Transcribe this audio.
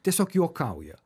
tiesiog juokauja